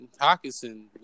Hawkinson